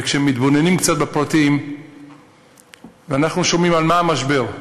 וכשמתבוננים קצת בפרטים אנחנו שומעים על מה המשבר: